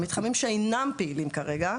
המתחמים שאינם פעילים כרגע,